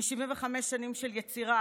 מ-75 שנים של יצירה,